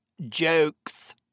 jokes